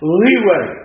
leeway